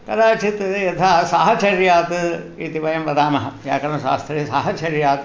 कदाचित् यथा साहचर्यात् इति वयं वदामः व्याकरणशास्त्रे साहचर्यात्